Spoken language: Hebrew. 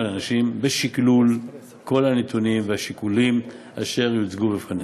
לנשים בשקלול כל הנתונים והשיקולים אשר יוצגו בפניה.